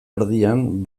erdian